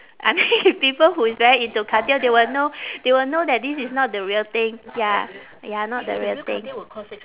I mean people who is very into cartier they will know they will know that this is not the real thing ya ya not the real thing